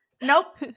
Nope